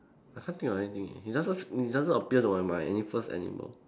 I can't think of anything leh it doesn't it doesn't appeal to my mind any first animal